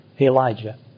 Elijah